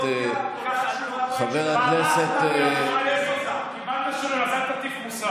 כאלה, קיבלת שריון, אז אל תטיף מוסר.